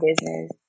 business